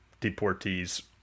deportees